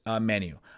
menu